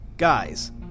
Guys